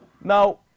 now